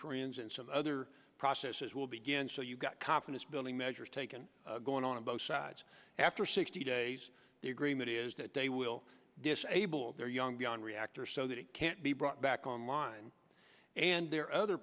koreans and some other processes will begin so you've got confidence building measures taken going on both sides after sixty days the agreement is that they will disable their young beyond reactor so that it can't be brought back online and there are other